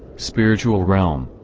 spiritual realm,